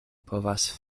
povas